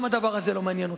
גם הדבר הזה לא מעניין אותו.